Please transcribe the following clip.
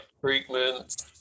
treatment